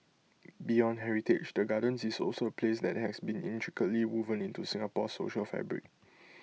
beyond heritage the gardens is also A place that has been intricately woven into Singapore's social fabric